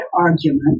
argument